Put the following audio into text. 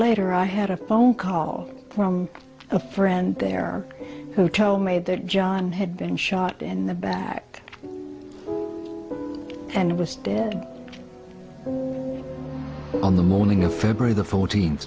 later i had a phone call from a friend there who told me that john had been shot in the back and was on the morning of february the fourt